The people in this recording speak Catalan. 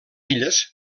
illes